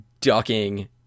ducking